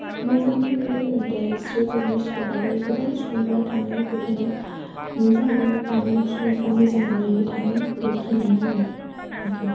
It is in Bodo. मोजां बे देलायस्रि पिकनिक स्पट आबो गोबां सुबुंफोरा थाङो बेखायनो मोजां जायगाखायनो सुबुंफ्रा मोजां मोन्नानै थाङो बेखिनियानो आरो टेंकिउ